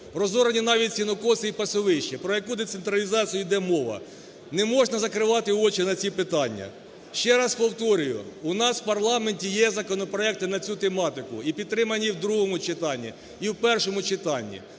розорені навіть сінокоси і пасовища. Про яку децентралізацію іде мова? Неможна закривати очі на ці питання. Ще раз повторюю, у нас у парламенті є законопроекти на цю тематику і підтримані в другому читанні і в першому читанні,